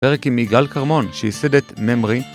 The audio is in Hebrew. פרק עם יגאל כרמון, שיסדת ממרי